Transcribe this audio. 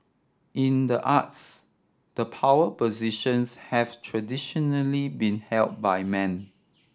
in the arts the power positions have traditionally been held by men